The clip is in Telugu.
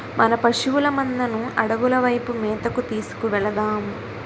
మన పశువుల మందను అడవుల వైపు మేతకు తీసుకు వెలదాం